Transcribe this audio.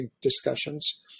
discussions